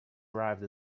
arrived